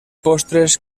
postres